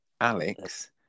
Alex